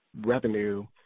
revenue